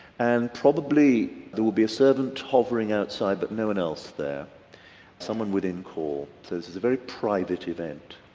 and probably there will be a servant hovering outside but no one else there someone within core so this is a very private event.